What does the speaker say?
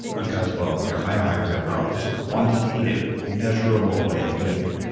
because well, we are biohackers after all. it's quantitative measurable way of doing it.